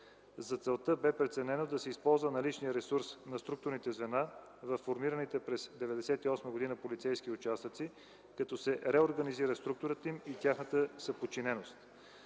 За целта бе преценено да се използва наличният ресурс на структурните звена във формираните през 1998 г. полицейски участъци, като се реорганизира структурата им и тяхната съподчиненост.